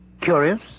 curious